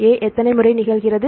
A எத்தனை முறை நிகழ்கிறது